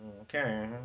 Okay